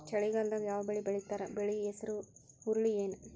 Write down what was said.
ಚಳಿಗಾಲದಾಗ್ ಯಾವ್ ಬೆಳಿ ಬೆಳಿತಾರ, ಬೆಳಿ ಹೆಸರು ಹುರುಳಿ ಏನ್?